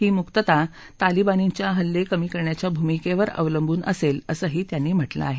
ही मुक्तता तालिबार्नीच्या हल्ले कमी करण्याच्या भूमिकेवर अवलंबून असेल असंही त्यांनी म्हटलं आहे